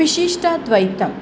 विशिष्टाद्वैतं